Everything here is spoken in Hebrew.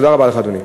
תודה רבה לך, אדוני.